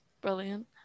Brilliant